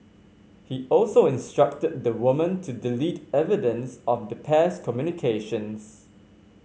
he also instructed the woman to delete evidence of the pair's communications